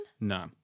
No